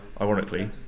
ironically